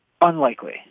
Unlikely